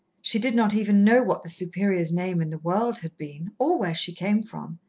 she did not even know what the superior's name in the world had been, or where she came from.